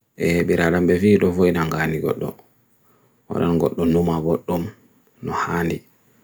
Aɗa yeɗi ko no feƴƴi amɓe e jaasi e wi'ete?